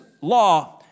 law